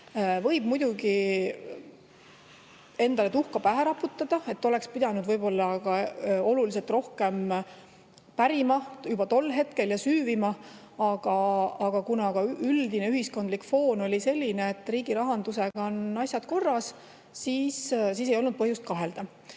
Võib muidugi endale tuhka pähe raputada, et oleks pidanud võib-olla oluliselt rohkem pärima juba tol hetkel ja süüvima, aga kuna ka üldine ühiskondlik foon oli selline, et riigi rahandusega on asjad korras, siis ei olnud põhjust kahelda. Tänane